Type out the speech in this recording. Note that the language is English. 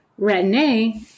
Retin-A